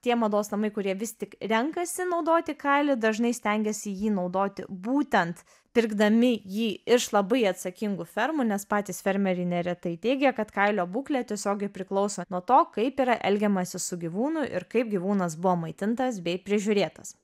tie mados namai kurie vis tik renkasi naudoti kailį dažnai stengiasi jį naudoti būtent pirkdami jį iš labai atsakingų fermų nes patys fermeriai neretai teigia kad kailio būklė tiesiogiai priklauso nuo to kaip yra elgiamasi su gyvūnu ir kaip gyvūnas buvo maitintas bei prižiūrėtas